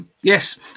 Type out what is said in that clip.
Yes